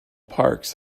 parks